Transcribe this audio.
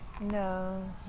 No